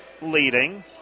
leading